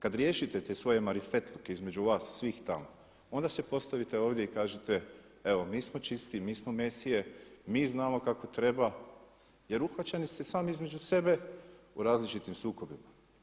Kad riješite te svoje marifetluke između vas svih tamo onda se postavite ovdje i kažete evo mi smo čisti, mi smo Mesije, i znamo kako treba jer uhvaćeni ste sami između sebe u različitim sukobima.